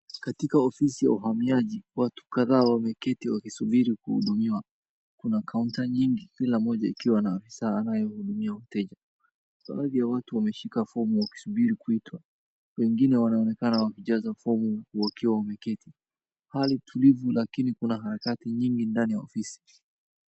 Katika ofisi ya uhamiaji watu kadha wameketi wakisubiri kuhudumiwa kuna counter nyingi kila moja ikiwa na afisa anayehudumia wateja .Baadhi ya watu waneshika fomu wakisubiria kuitwa wengine wanaonekana wakijaza fomu wakiwa wameketi hali tulivu lakini kuna harakati nyingi ndani ya ofisi.